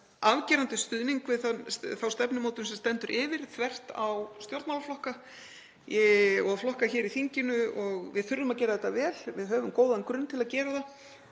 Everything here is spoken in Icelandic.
afgerandi stuðning við þá stefnumótun sem stendur yfir þvert á stjórnmálaflokka og flokka hér í þinginu. Við þurfum að gera þetta vel. Við höfum góðan grunn til að gera það,